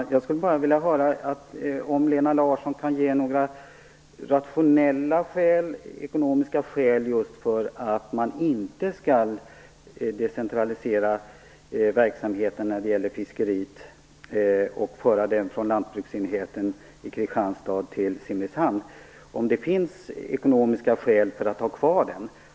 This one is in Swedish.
Herr talman! Jag vill bara höra om Lena Larsson kan ge några rationella ekonomiska skäl för att man inte skall decentralisera verksamheten för fiskeri och föra den från lantbruksenheten i Kristianstad till Simrishamn. Finns det några sådana ekonomiska skäl för att ha kvar den?